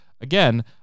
Again